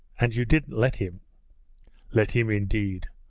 and you didn't let him let him, indeed!